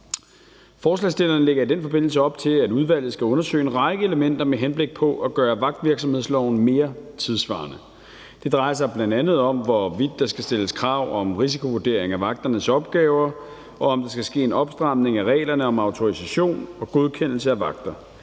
Forslagsstillerne lægger i den forbindelse op til, at udvalget skal undersøge en række elementer med henblik på at gøre vagtvirksomhedsloven mere tidssvarende. Det drejer sig bl.a. om, hvorvidt der skal stilles krav om risikovurdering af vagternes opgaver, og om der skal ske en opstramning af reglerne om autorisation og godkendelse af vagter.